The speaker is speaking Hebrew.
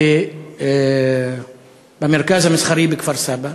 ביום חמישי במרכז המסחרי בכפר-סבא